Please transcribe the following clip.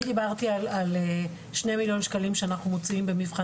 אני דיברתי על שני מיליון שקלים שאנחנו מוציאים במבחן